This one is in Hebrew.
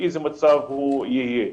באיזה מצב הוא יהיה.